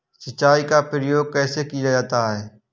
सिंचाई का प्रयोग कैसे किया जाता है?